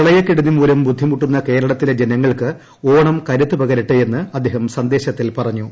പ്രളയക്കെടുതി മൂലം ബൂഭ്ധിമുട്ടുന്ന കേരളത്തിലെ ജനങ്ങൾക്ക് ഓണം കരുത്ത് പകരട്ടേയെന്ന് അദ്ദേഹം സന്ദേശത്തിൽ പറഞ്ഞു